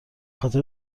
خاطر